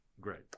Great